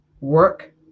work